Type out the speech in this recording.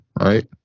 right